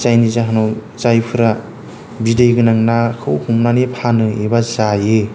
जायनि जाहोनाव जायफोरा बिदै गोनां नाखौ हमनानै फानो एबा जायो